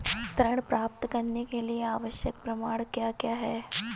ऋण प्राप्त करने के लिए आवश्यक प्रमाण क्या क्या हैं?